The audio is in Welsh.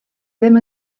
ddim